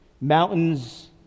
mountains